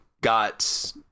got